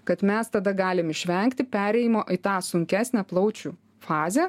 kad mes tada galim išvengti perėjimo į tą sunkesnę plaučių fazę